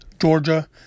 Georgia